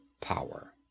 power